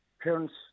parents